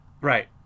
Right